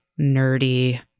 nerdy